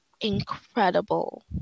incredible